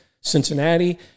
Cincinnati